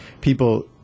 people